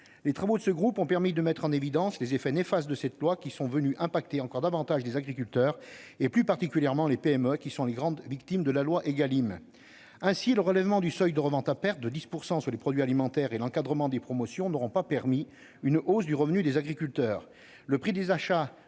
Les travaux de ce groupe ont permis de mettre en évidence les effets néfastes de ce texte qui ont affecté encore davantage les agriculteurs, plus particulièrement les PME, grandes victimes de la loi Égalim. Ainsi, le relèvement du seuil de revente à perte de 10 % sur les produits alimentaires et l'encadrement des promotions n'auront pas permis d'augmenter le revenu des agriculteurs. Le prix d'achat